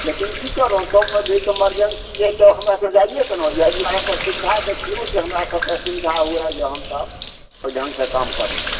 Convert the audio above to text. लेकिन की करब तब पर भी ई तऽ मरजेन्सी जे हय तऽ हमरा तऽ जाइएके ने होइए एहि दुआरे कोइ सुवधा देखियौ जे हमरा सबके एतऽसँ सुवधा हुअ जे हमसब ओइ ढङ्ग से काम करि